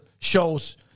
shows